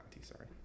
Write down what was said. sorry